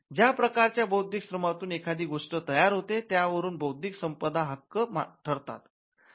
ज्या प्रकारच्या बौद्धिक श्रमातून एखादी गोष्ट तयार होते त्यावरून बौद्धिक संपदा हक्क ठरतात